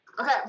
Okay